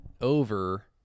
over